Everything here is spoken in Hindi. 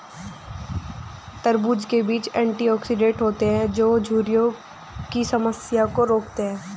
तरबूज़ के बीज एंटीऑक्सीडेंट होते है जो झुर्रियों की समस्या को रोकते है